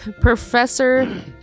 Professor